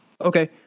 Okay